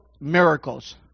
miracles